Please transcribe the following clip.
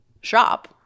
shop –